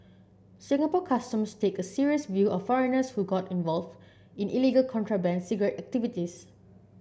Singapore Customs take a serious view of foreigners who get involved in illegal contraband cigarette activities